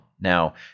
Now